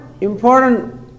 important